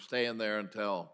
staying there until